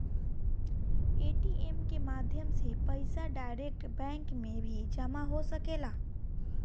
ATM के माध्यम से पईसा डायरेक्ट बैंक में भी जामा हो सकेला